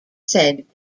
said